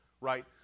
Right